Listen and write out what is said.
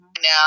now